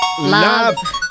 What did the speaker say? love